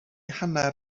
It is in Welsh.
hanner